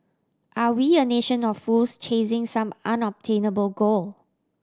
are we a nation of fools chasing some unobtainable goal